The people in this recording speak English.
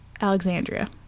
Alexandria